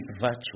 virtue